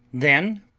then,